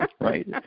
Right